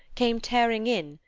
came tearing in,